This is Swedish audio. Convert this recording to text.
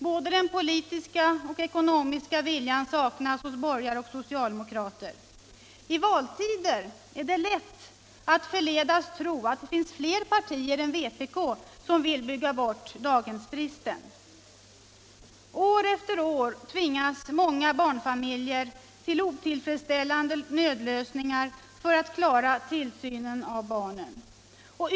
Både den politiska och den ekonomiska viljan saknas hos borgare och socialdemokrater. I valtider är det lätt att förledas tro att det finns fler partier än vpk som vill bygga bort daghemsbristen. År efter år tvingas många barnfamiljer till otillfredsställande nödlösningar för att klara tillsynen av barnen.